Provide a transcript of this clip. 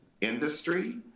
industry